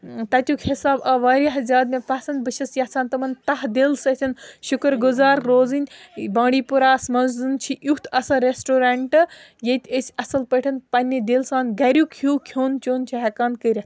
تَتیٛک حِساب آو واریاہ زیادٕ مےٚ پَسنٛد بہٕ چھیٚس یَژھان تِمَن تہہِ دِل سۭتۍ شُکُر گُزار روزٕنۍ یہِ بانٛڈی پوراہَس منٛز چھُ یُتھ اصٕل ریٚسٹورنٛٹہٕ ییٚتہِ أسۍ اصٕل پٲٹھۍ پننہِ دِلہٕ سان گھریٛک ہیٛوٗ کھیٚون چیٛون چھِ ہیٚکان کٔرِتھ